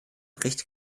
bericht